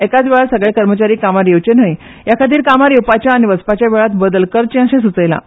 एकाच वेळार सगले कर्मचारी कामार येवचे न्हय हया खातीर कामार येवपाच्या आनी वचपाच्या वेळात बदल करचे अशे स्चयलां